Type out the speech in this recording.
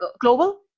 global